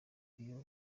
iyo